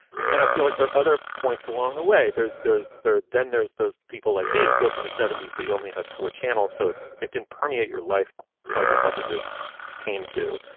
and then i feel like there are other points along the way. there's there's there. then there's those people like me who grew up in the seventy but you only had four channels, so it it didn't permeate your life quite as much as it came to.